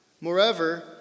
Moreover